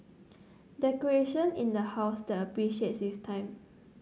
decoration in the house that appreciates with time